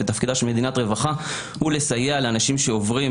ותפקידה של מדינת רווחה הוא לסייע לאנשים שעוברים